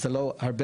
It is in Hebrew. זה לא הרבה.